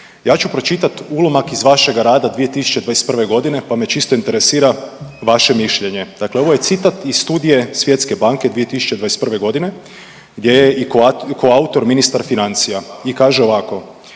Ja ću pročitat ulomak iz vašega rada 2021., pa me čisto interesira vaše mišljenje. Dakle ovo je citat iz Studije Svjetske banke 2021.g. gdje je i koautor ministar financija i kaže ovako: